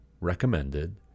recommended